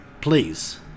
please